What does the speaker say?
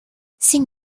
sin